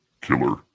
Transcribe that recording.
killer